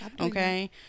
Okay